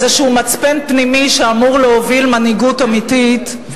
איזה מצפן פנימי שאמור להוביל מנהיגות אמיתית,